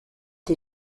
die